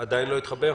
הוא עדיין לא התחבר?